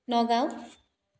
Nagaon